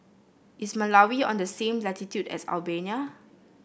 is Malawi on the same latitude as Albania